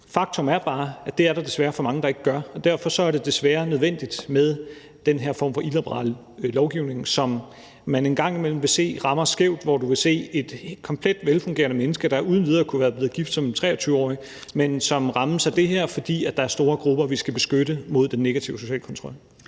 Faktum er bare, at det er der desværre for mange der ikke gør, og derfor er det nødvendigt med den her form for illiberal lovgivning, som man en gang imellem vil se rammer skævt, hvor du kan se et komplet velfungerende menneske, der uden videre kunne være blevet gift som 23-årig, blive ramt af det her, fordi der er store grupper, vi skal beskytte mod den negative sociale kontrol.